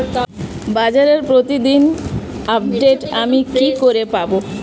বাজারের প্রতিদিন আপডেট আমি কি করে পাবো?